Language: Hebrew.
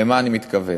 למה אני מתכוון?